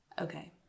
Okay